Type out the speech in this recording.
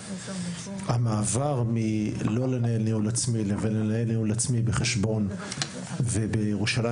המעבר לניהול עצמי בחשבון ובירושלים